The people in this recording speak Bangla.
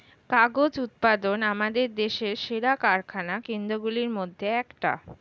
কাগজ উৎপাদন আমাদের দেশের সেরা কারখানা কেন্দ্রগুলির মধ্যে একটি